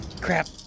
Crap